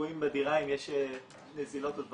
ליקויים בדירה אם יש נזילות או דברים,